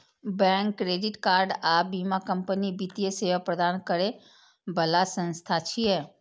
bank, credit card आ बीमा company वित्तीय सेवा प्रदान करै बला संस्थान छियै